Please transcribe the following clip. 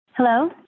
Hello